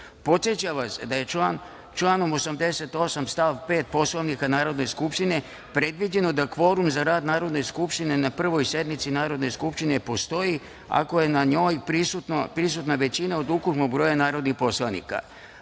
Podsećam vas, da je članom 88. stav 5. Poslovnika Narodne skupštine predviđeno da kvorum za rad Narodne skupštine na Prvoj sednici Narodne skupštine postoji, ako je na njoj prisutna većina od ukupnog broja narodnih poslanika. Radi